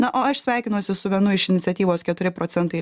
na o aš sveikinuosi su vienu iš iniciatyvos keturi procentai